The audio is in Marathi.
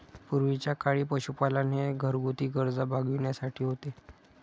पूर्वीच्या काळी पशुपालन हे घरगुती गरजा भागविण्यासाठी होते